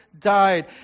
Died